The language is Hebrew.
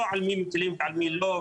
לא על מי מטילים ועל מי לא.